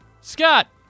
Scott